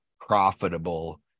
profitable